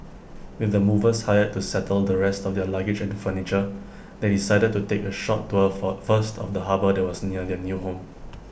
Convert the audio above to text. with the movers hired to settle the rest of their luggage and furniture they decided to take A short tour for first of the harbour that was near their new home